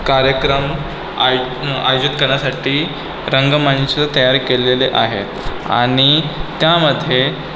कार्यक्रम आय आयोजित करण्यासाठी रंगमंच तयारी केलेले आहे आणि त्यामध्ये